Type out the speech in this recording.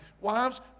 Wives